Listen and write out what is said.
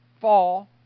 fall